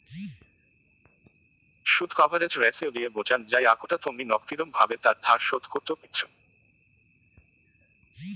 শুধ coverage ratio দিয়ে বোঝাং যাই আকটা থোঙনি নক কিরম ভাবে তার ধার শোধ করত পিচ্চুঙ